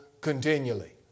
continually